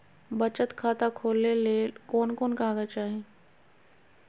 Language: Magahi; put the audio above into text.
बचत खाता खोले ले कोन कोन कागज चाही?